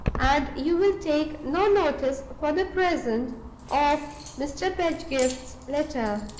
and you will take no notice for the present of mr. pedgift's letter.